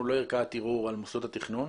אנחנו לא ערכאת ערעור על מוסדות התכנון,